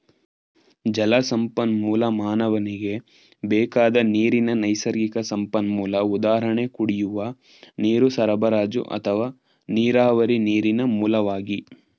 ಜಲಸಂಪನ್ಮೂಲ ಮಾನವನಿಗೆ ಬೇಕಾದ ನೀರಿನ ನೈಸರ್ಗಿಕ ಸಂಪನ್ಮೂಲ ಉದಾಹರಣೆ ಕುಡಿಯುವ ನೀರು ಸರಬರಾಜು ಅಥವಾ ನೀರಾವರಿ ನೀರಿನ ಮೂಲವಾಗಿ